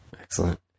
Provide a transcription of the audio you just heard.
excellent